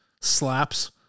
slaps